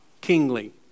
kingly